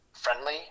friendly